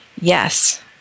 yes